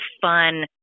fun